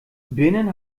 birnen